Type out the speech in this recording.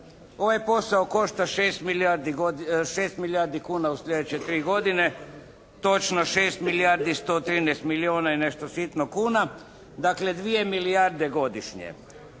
Ovaj posao košta 6 milijardi, 6 milijardi kuna u sljedeće tri godine. Točno 6 milijardi 113 milijuna i nešto sitno kuna. Dakle 2 milijarde godišnje.